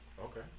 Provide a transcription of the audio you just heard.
Okay